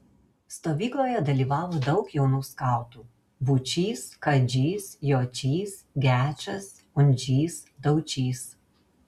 stovykloje dalyvavo daug jaunų skautų būčys kadžys jočys gečas undžys daučys